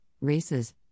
races